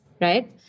right